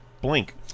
blink